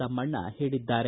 ತಮ್ಮಣ್ಣ ಹೇಳಿದ್ದಾರೆ